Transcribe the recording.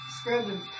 scrubbing